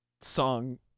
song